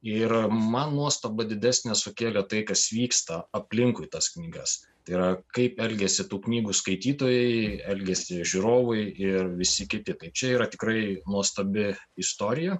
ir man nuostabą didesnę sukėlė tai kas vyksta aplinkui tas knygas tai yra kaip elgiasi tų knygų skaitytojai elgiasi žiūrovai ir visi kiti tai čia yra tikrai nuostabi istorija